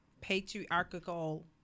patriarchal